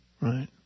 Right